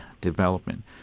development